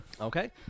Okay